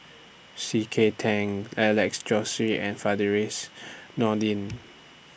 C K Tang Alex Josey and Firdaus Nordin